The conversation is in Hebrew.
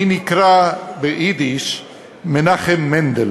אני נקרא ביידיש מנחם מנדל,